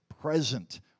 present